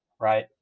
Right